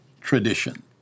tradition